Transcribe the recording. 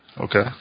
Okay